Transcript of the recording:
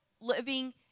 living